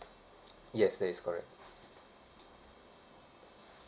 yes that is correct